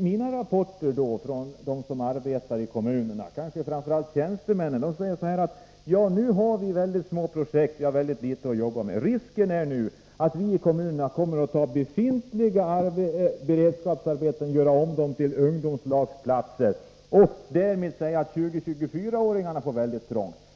mina rapporter från dem som arbetar i kommunerna säger framför allt tjänstemännen: Nu har vi ganska små projekt och litet att jobba med. Risken är att kommunerna kommer att ta befintliga beredskapsarbeten och göra om dem till ungdomslagsplatser. Därmed säger man att 20-24-åringarna får det trångt.